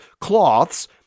cloths